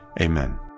Amen